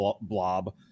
blob